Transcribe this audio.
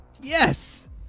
Yes